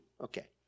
okay